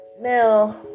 Now